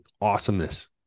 awesomeness